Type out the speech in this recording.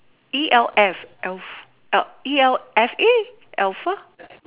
E L F elf E L F a elf